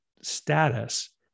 status